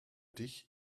dich